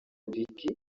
vicky